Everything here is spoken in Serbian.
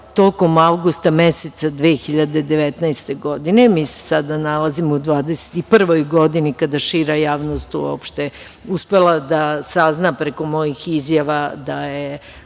tokom avgusta meseca 2019. godine. Mi se sada nalazimo u 2021. godini, kada je šira javnost uopšte uspela da sazna preko mojih izjava da je